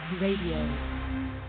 Radio